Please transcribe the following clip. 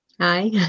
Hi